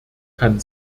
kann